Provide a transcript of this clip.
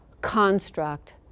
construct